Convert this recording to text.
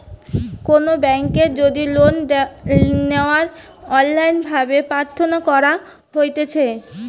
কোনো বেংকের যদি লোন লেওয়া অনলাইন ভাবে প্রার্থনা করা হতিছে